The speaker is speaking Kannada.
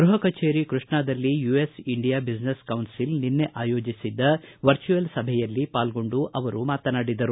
ಗೃಹ ಕಚೇರಿ ಕೃಷ್ಣಾದಲ್ಲಿ ಯುಎಸ್ ಇಂಡಿಯಾ ಬಿಸಿನೆಸ್ ಕೌನ್ಲಿಲ್ ನಿನ್ನೆ ಆಯೋಜಿಸಿದ್ದ ವರ್ಚ್ಯಯಲ್ ಸಭೆಯಲ್ಲಿ ಪಾಲ್ಗೊಂಡು ಅವರು ಮಾತನಾಡಿದರು